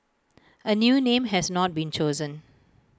A new name has not been chosen